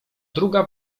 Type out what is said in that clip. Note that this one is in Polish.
druga